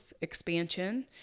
expansion